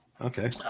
Okay